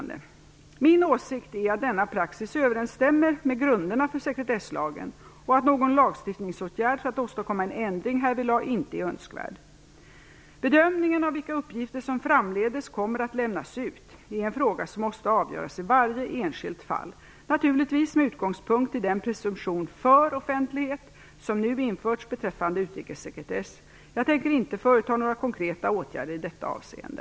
15). Min åsikt är att denna praxis överensstämmer med grunderna för sekretesslagen och att någon lagstiftningsåtgärd för att åstadkomma en ändring härvidlag inte är önskvärd. Bedömningen av vilka uppgifter som framdeles kommer att lämnas ut är en fråga som måste avgöras i varje enskilt fall, naturligtvis med utgångspunkt i den presumtion för offentlighet som nu införts beträffande utrikessekretess. Jag tänker inte företa några konkreta åtgärder i detta avseende.